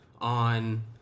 on